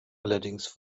allerdings